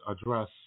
address